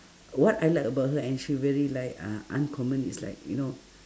what I like about her and she really like uh uncommon is like you know